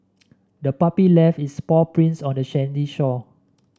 the puppy left its paw prints on the sandy shore